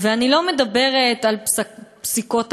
אני לא מדברת על פסיקות הלכה,